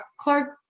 Clark